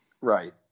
Right